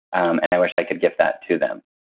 and i wish i could gift that to them